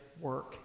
work